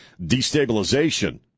destabilization